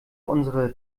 unsere